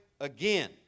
again